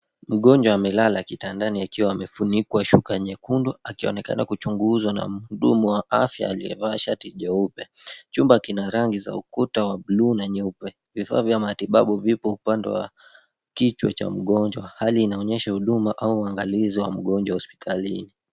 Mgonjwa amelala kitandani akiwa amefunikwa shuka nyekundu akionekana kuchunguzwa na mhudumu wa afya aliyevaa shati jeupe. Chumba kina rangi za ukuta wa bluu na nyeupe. Vifaa vya matibabu vipo upande wa kichwa cha mgonjwa. Hali inaonyesha huduma au uangalizi wa mgonjwa hospitalini.